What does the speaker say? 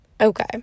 Okay